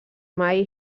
mai